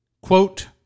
Quote